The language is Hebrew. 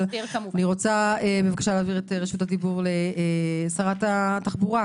אבל אני רוצה להעביר את רשות הדיבור לשרת התחבורה,